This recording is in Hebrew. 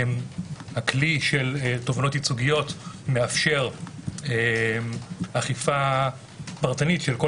הכלי של תובענות ייצוגיות מאפשר אכיפה פרטנית של כל